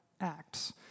Acts